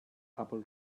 apple